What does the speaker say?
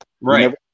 Right